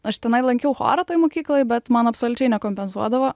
aš tenai lankiau chorą toj mokykloj bet man absoliučiai nekompensuodavo